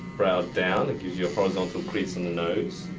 brown down and gives you a horizontal crease in the nose.